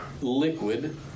liquid